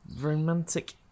romantic